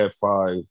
five